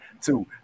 Two